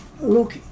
Look